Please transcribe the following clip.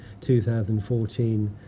2014